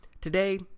Today